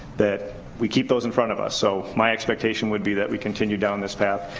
that we keep those in front of us. so my expectation would be that we continue down this path,